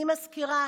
אני מזכירה